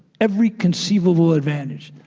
every conceivable advantage,